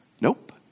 nope